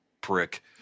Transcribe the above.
prick